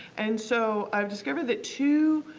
and so, i've discovered that two,